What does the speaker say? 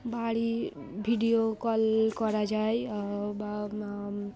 বাড়ির video call করা যায় বা বা